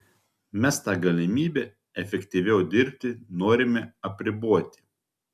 mes tą galimybę efektyviau dirbti norime apriboti